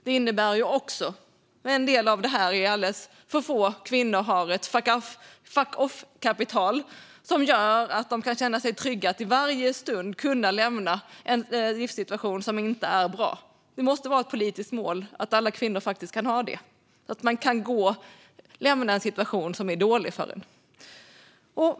Det innebär också att alldeles för få kvinnor har ett fuck off-kapital som gör att de kan känna sig trygga med att i varje stund kunna lämna en livssituation som inte är bra. Det måste vara ett politiskt mål att alla kvinnor faktiskt kan ha det, så att de kan lämna en situation som är dålig för dem.